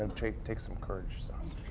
take take some courage. so